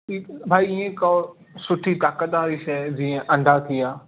भाई इएं खाओ सुठी ताक़त वारी शइ जीअं अंडा थी विया